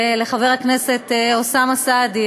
ולחבר הכנסת אוסאמה סעדי,